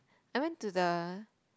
I went to the